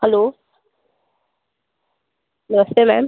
hello नमस्ते ma'am